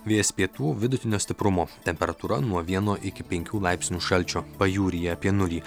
vėjas pietų vidutinio stiprumo temperatūra nuo vieno iki penkių laipsnių šalčio pajūryje apie nulį